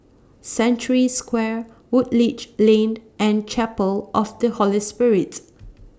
Century Square Woodleigh Lane and Chapel of The Holy Spirit